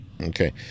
Okay